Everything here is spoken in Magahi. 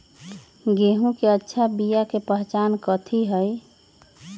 गेंहू के अच्छा बिया के पहचान कथि हई?